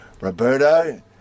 Roberto